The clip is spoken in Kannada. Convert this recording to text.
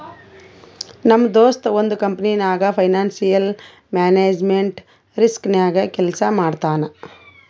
ನಮ್ ದೋಸ್ತ ಒಂದ್ ಕಂಪನಿನಾಗ್ ಫೈನಾನ್ಸಿಯಲ್ ಮ್ಯಾನೇಜ್ಮೆಂಟ್ ರಿಸ್ಕ್ ನಾಗೆ ಕೆಲ್ಸಾ ಮಾಡ್ತಾನ್